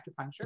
acupuncture